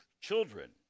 children